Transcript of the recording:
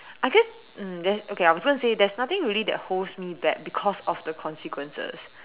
I guess um there okay I was gonna to say there's nothing really that holds me back because of the consequences